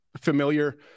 familiar